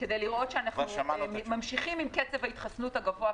כדי לראות שאנחנו מתחסנים עם קצב ההתחסנות הגבוה,